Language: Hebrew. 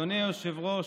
אדוני היושב-ראש,